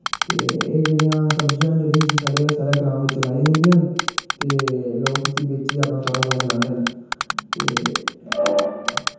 ते एह् जेह्ड़ियां सब्जियां न जेह्ड़ियां साढ़े साढ़े ग्रां बिच लाइयां जंदियां न ते लोक इस्सी बेचियै अपना कारोबार चलांदे न ते